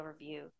overview